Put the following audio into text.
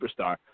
superstar